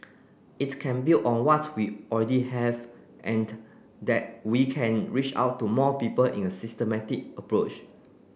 it can build on what we already have and that we can reach out to more people in a systematic approach